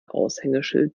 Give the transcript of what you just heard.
aushängeschild